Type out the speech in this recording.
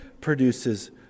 produces